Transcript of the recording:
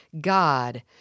God